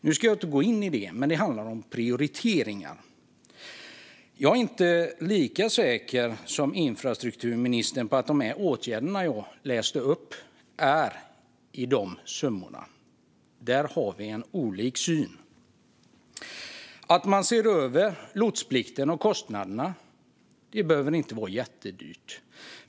Jag ska inte gå in på detta nu, men det handlar om prioriteringar. Jag är inte lika säker som infrastrukturministern på att de åtgärder som jag läste upp når upp till dessa summor. Där har vi olika syn. Att se över lotsplikten och kostnaderna behöver inte vara jättedyrt.